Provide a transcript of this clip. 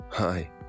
Hi